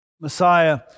Messiah